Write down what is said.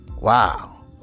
wow